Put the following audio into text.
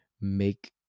make